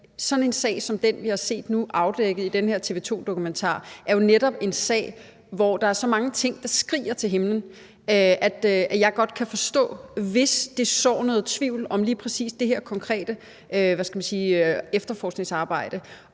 sådan en sag som den, vi nu har set afdækket i den her TV 2-dokumentar, jo netop er en sag, hvor der er så mange ting, der skriger til himlen, at jeg godt kan forstå, hvis det sår noget tvivl om lige præcis det her konkrete efterforskningsarbejde.